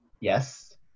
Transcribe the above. Yes